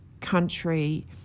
country